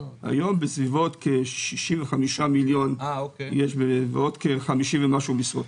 כ-65 מיליון ועוד כ-50 ומשהו משרות.